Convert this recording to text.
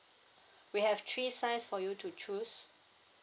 we have three size for you to choose